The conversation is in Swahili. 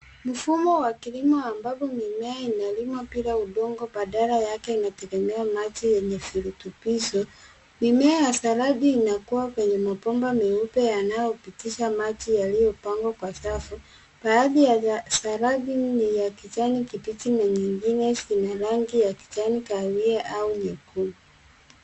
Mfumo wa kilimo ambapo mimea inalimwa bila udongo badala yake inategemea maji yenye virutubisho. Mimea ya saladi inakua kwenye mabomba meupe yanayopitisha maji yaliyopangwa kwa safu. Baadhi ya saladi ni ya kijani kibichi na nyingine zina rangi ya kijani kahawia au nyekundu.